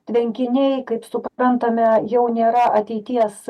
tvenkiniai kaip suprantame jau nėra ateities